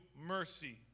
mercy